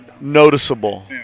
Noticeable